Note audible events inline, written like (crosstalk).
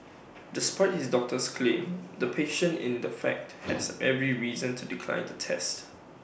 despite his doctor's claims the patient in the fact (noise) has every reason to decline the test